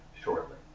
shortly